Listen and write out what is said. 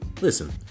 Listen